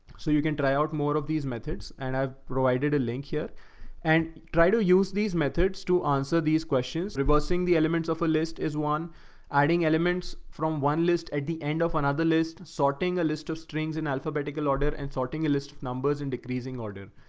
so you can try out more of these methods and i've provided a link here and try to use these methods to answer these questions. reversing the elements of a list is one adding elements from one list at the end of another list, sorting sorting a list of strings in alphabetical order and sorting a list of numbers in decreasing order.